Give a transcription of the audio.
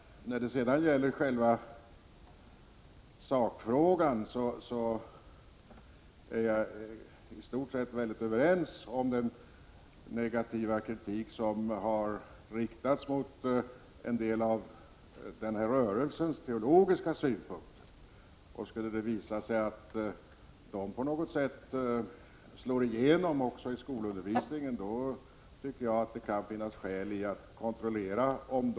När det sedan gäller själva sakfrågan instämmer jag i stort sett i den negativa kritik som har riktats mot en del av den här rörelsens teologiska synpunkter. Om det skulle visa sig att det på något sätt slår igenom också i skolundervisningen, tycker jag att det kan finnas skäl i att kontrollera om = Prot.